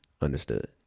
understood